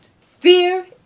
fear